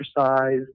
exercise